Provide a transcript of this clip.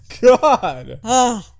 God